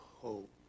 hope